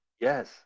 Yes